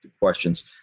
questions